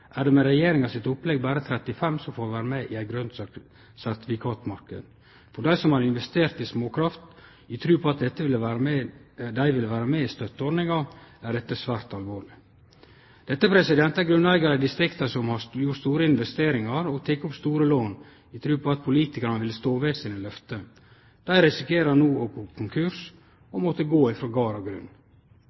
det med Regjeringa sitt opplegg berre 35 som får vere med i ein grøn sertifikatmarknad. For dei som har investert i småkraft i tru på at dei ville få vere med i støtteordninga, er dette svært alvorleg. Dette er grunneigarar i distrikta som har gjort store investeringar og teke opp store lån, i tru på at politikarane ville stå ved løfta sine. Dei risikerer no å gå konkurs og måtte gå frå gard og grunn.